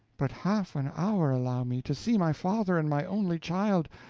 but half an hour allow me, to see my father and my only child,